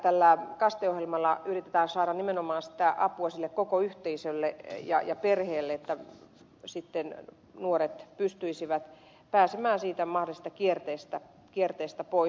tällä kaste ohjelmalla yritetään saada nimenomaan apua sille koko yhteisölle ja perheelle että sitten nuoret pystyisivät pääsemään siitä mahdollisesta kierteestä pois